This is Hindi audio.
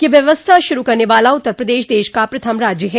यह व्यवस्था शुरू करने वाला उत्तर प्रदेश देश का प्रथम राज्य है